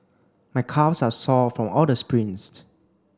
my calves are sore of all the sprints